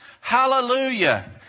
Hallelujah